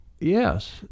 Yes